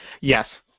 Yes